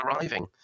arriving